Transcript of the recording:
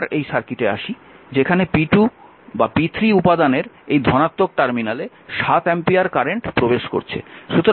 আবার এই সার্কিটে আসি যেখানে p3 উপাদানের এই ধনাত্মক টার্মিনালে 7 অ্যাম্পিয়ার কারেন্ট প্রবেশ করছে